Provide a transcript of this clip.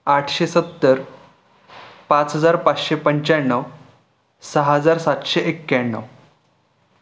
आठशे सत्तर पाच हजार पाचशे पंच्याण्णव सहा हजार सातशे एक्याण्णव